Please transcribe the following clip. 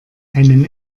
einen